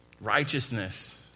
Righteousness